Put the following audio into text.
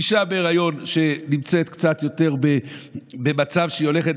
אישה בהיריון שנמצאת קצת יותר במצב שהיא הולכת